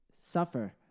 suffer